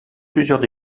plusieurs